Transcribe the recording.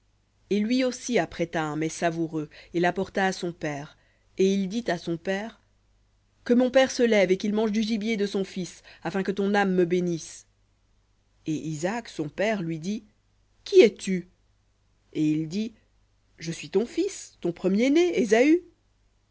et lui aussi apprêta un mets savoureux et l'apporta à son père et il dit à son père que mon père se lève et qu'il mange du gibier de son fils afin que ton âme me bénisse et isaac son père lui dit qui es-tu et il dit je suis ton fils ton premier-né